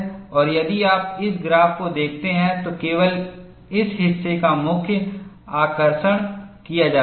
और यदि आप इस ग्राफ को देखते हैं तो केवल इस हिस्से को मुख्य आकर्षण किया जाता है